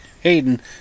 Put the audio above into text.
Hayden